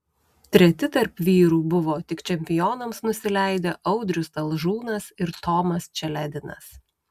treti tarp vyrų buvo tik čempionams nusileidę audrius talžūnas ir tomas čeledinas